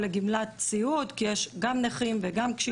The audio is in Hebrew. לגמלת סיעוד כי יש גם נכים וגם קשישים.